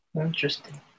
Interesting